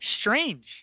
Strange